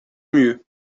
mieux